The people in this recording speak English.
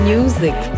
Music